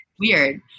weird